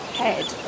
head